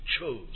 chose